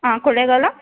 ಹಾಂ ಕೊಳ್ಳೇಗಾಲ